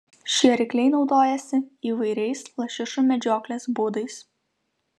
šie rykliai naudojasi įvairiais lašišų medžioklės būdais